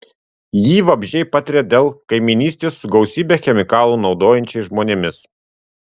jį vabzdžiai patiria dėl kaimynystės su gausybę chemikalų naudojančiais žmonėmis